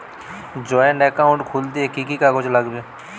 Joint account খুলতে কি কি কাগজ লাগবে?